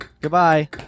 Goodbye